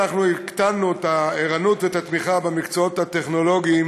אנחנו הקטנו את הערנות ואת התמיכה במקצועות הטכנולוגיים,